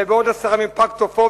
ובעוד עשרה ימים פג תוקפו,